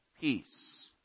peace